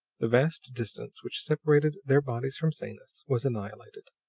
the vast distance which separated their bodies from sanus was annihilated,